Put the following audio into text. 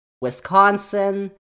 Wisconsin